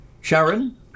Sharon